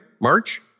March